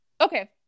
Okay